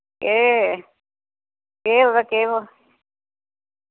ए ए व केह् व